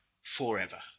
forever